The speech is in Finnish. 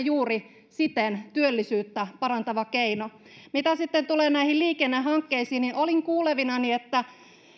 siten juuri työllisyyttä parantava keino mitä sitten tulee näihin liikennehankkeisiin niin olin kuulevinani että